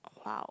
!wow!